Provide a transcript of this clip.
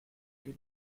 ten